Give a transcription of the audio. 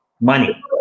Money